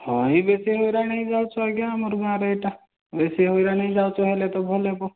ହଁ ଏଇ ବେଶୀ ହଇରାଣ ହୋଇ ଯାଉଛୁ ଆଜ୍ଞା ଆମର ଗାଁରେ ଏଇଟା ବେଶୀ ହଇରାଣ ହେଇ ଯାଉଛୁ ହେଲେତ ଭଲ ହେବ